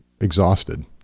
exhausted